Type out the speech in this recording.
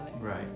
Right